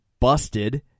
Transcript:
Busted